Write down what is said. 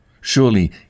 Surely